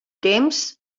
temps